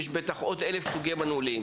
אזי לסגירה אוטומטית יש בוודאי אלף סוגי מנעולים.